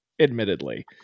admittedly